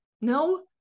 no